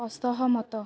ଅସହମତ